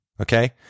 okay